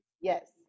Yes